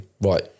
right